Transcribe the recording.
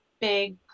big